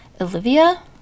Olivia